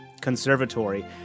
conservatory